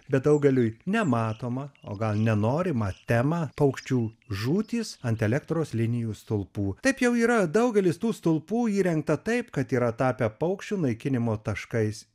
bet daugeliui nematomą o gal nenorimą temą paukščių žūtys ant elektros linijų stulpų taip jau yra daugelis tų stulpų įrengta taip kad yra tapę paukščių naikinimo taškais